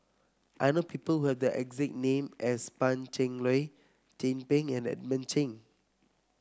I know people who have the exact name as Pan Cheng Lui Chin Peng and Edmund Cheng